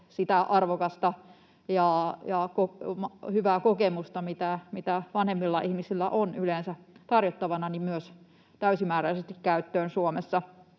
sitä arvokasta ja hyvää kokemusta, mitä vanhemmilla ihmisillä on yleensä tarjottavana, myös täysimääräisesti käyttöön Suomessa.